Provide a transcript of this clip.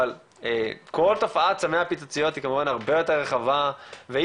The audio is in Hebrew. אבל כל תופעת סמי הפיצוציות היא כמובן הרבה יותר רחבה והיא,